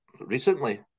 recently